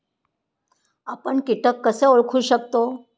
आपण कीटक कसे ओळखू शकतो?